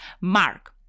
Mark